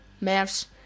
maths